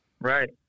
Right